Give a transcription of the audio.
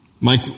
Mike